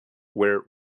where